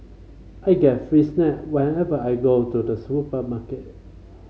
I get free snack whenever I go to the supermarket